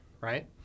right